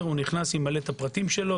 ממלא את פרטיו.